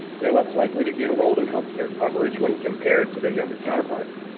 they are less likely to be enrolled in health care coverage when compared to their younger counterparts.